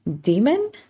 Demon